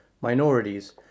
minorities